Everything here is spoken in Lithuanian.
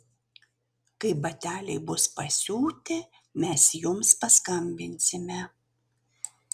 kai bateliai bus pasiūti mes jums paskambinsime